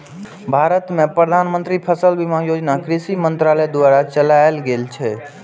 भारत मे प्रधानमंत्री फसल बीमा योजना कृषि मंत्रालय द्वारा चलाएल गेल छै